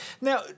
Now